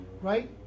right